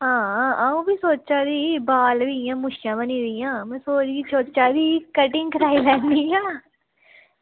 आं अं'ऊ बी सोचा दी ही बाल बी इंया बाऽ नेईं में सोचा दी ही कटिंग कराई लैन्नी आं